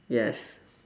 yes